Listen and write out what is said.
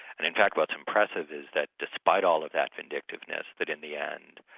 and in fact what's impressive is that despite all of that vindictiveness, that in the end,